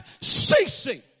ceasing